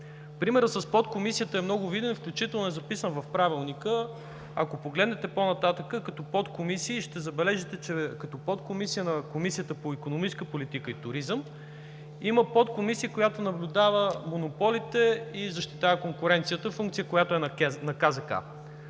Примерът с подкомисията е много виден, включително е записан в Правилника. Ако погледнете по-нататък като подкомисии ще забележете, че като подкомисия на Комисията по икономическа политика и туризъм има подкомисия, която наблюдава монополите и защитава конкуренцията – функция, която е на КЗК.